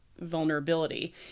vulnerability